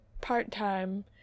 part-time